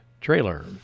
Trailer